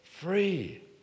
free